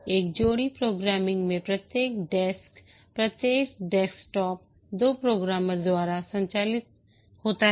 एक जोड़ी प्रोग्रामिंग में प्रत्येक डेस्क प्रत्येक डेस्कटॉप दो प्रोग्रामर द्वारा संचालित होता है